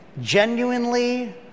Genuinely